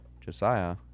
Josiah